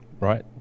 right